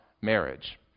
marriage